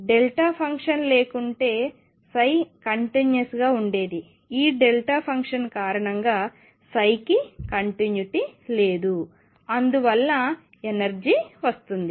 delta function లేకుంటే continuous గా ఉండేది ఈ డెల్టా ఫంక్షన్ కారణంగా కి కంటిన్యుటీ లేదు అందువలన ఎనర్జీ వస్తుంది